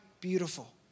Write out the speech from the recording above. beautiful